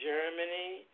Germany